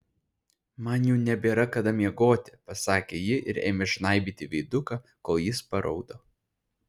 man jau nebėra kada miegoti pasakė ji ir ėmė žnaibyti veiduką kol jis paraudo